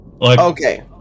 Okay